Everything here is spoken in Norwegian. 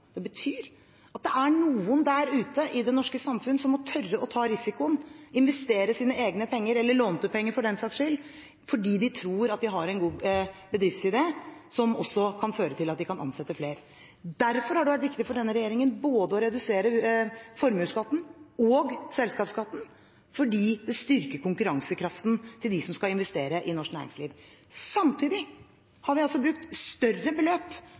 Det betyr at det er noen der ute i det norske samfunnet som må tørre å ta risikoen og investere sine egne penger – eller lånte penger for den saks skyld – fordi de tror at de har en god bedriftsidé, som også kan føre til at de kan ansette flere. Derfor har det vært viktig for denne regjeringen å redusere både formuesskatten og selskapsskatten – fordi det styrker konkurransekraften til dem som skal investere i norsk næringsliv. Samtidig har vi brukt større beløp